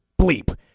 bleep